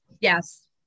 Yes